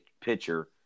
pitcher